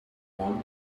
want